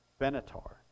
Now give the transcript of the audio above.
Benatar